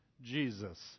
Jesus